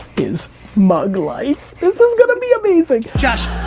is mug life. this is gonna be amazing! josh,